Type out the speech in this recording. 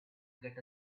get